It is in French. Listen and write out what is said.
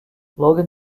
logan